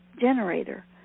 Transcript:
generator